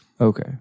Okay